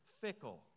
fickle